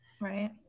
Right